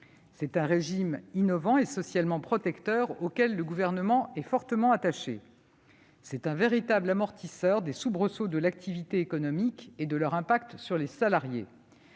C'est un régime innovant et socialement protecteur, auquel le Gouvernement est fortement attaché. Il s'agit en effet d'un véritable amortisseur des soubresauts de l'activité économique et de leur impact sur les salariés.